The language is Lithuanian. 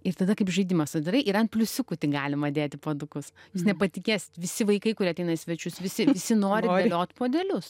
ir tada kaip žaidimas atidarai ir ant pliusiukų tik galima dėti puodukus jūs nepatikėsit visi vaikai kurie ateina į svečius visi visi nori dėliot puodelius